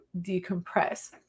decompress